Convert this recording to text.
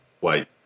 Wait